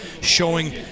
showing